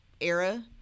era